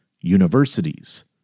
universities